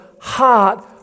heart